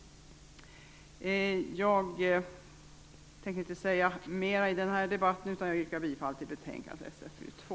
Jag tänker inte säga mer i debatten, utan yrkar bifall till utskottets hemställan i betänkandet Sfu 2.